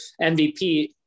MVP